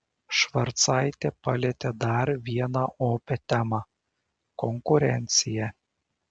švarcaitė palietė dar vieną opią temą konkurenciją